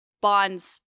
Bond's